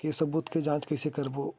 के सबूत के जांच कइसे करबो?